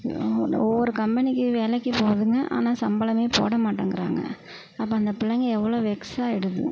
ஒவ்வொரு கம்பெனிக்கு வேலைக்கு போகுதுங்க ஆனால் சம்பளமே போட மாட்டேங்கிறாங்க அப்போ அந்த பிள்ளைங்க எவ்வளோ வெக்ஸ் ஆகிடுது